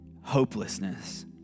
hopelessness